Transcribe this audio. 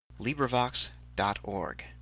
LibriVox.org